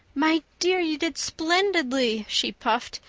my dear, you did splendidly, she puffed.